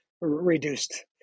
reduced